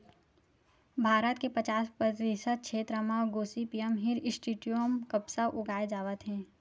भारत के पचास परतिसत छेत्र म गोसिपीयम हिरस्यूटॅम कपसा उगाए जावत हे